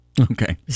Okay